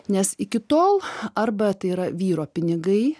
nes iki tol arba tai yra vyro pinigai